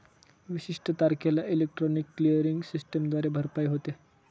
विशिष्ट तारखेला electronic clearing सिस्टमद्वारे भरपाई होते